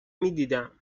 میدیدم